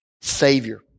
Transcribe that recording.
Savior